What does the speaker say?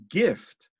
gift